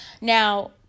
Now